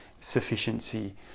sufficiency